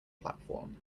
platform